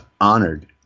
honored